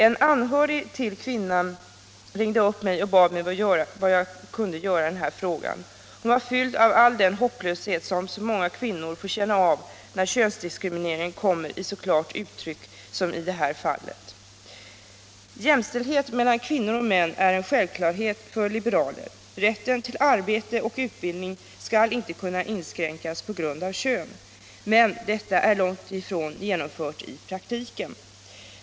En anhörig till kvinnan ringde upp och bad mig göra vad jag kunde i denna fråga. Hon var fylld av all den hopplöshet som så många kvinnor får känna av när könsdiskrimineringen kommer till så klart uttryck som i det här fallet. Jämställdhet mellan kvinnor och män är en självklarhet för liberaler. Rätten till arbete och utbildning skall inte kunna inskränkas på grund av kön. Men detta är långt ifrån genomfört i praktiken.